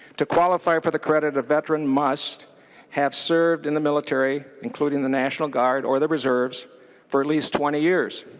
to qualify for the credit of veteran must have served in the military including the national guard were the reserves for at least twenty years.